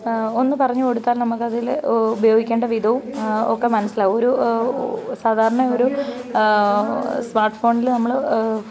ഒന്നു പറഞ്ഞുകൊടുത്താൽ നമ്മൾക്കതിൽ ഉപയോഗിക്കേണ്ട വിധവും ഒക്കെ മനസ്സിലാകും ഒരു സാധാരണയൊരു സ്മാര്ട്ട് ഫോണിൽ നമ്മൾ